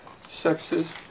sexes